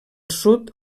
sud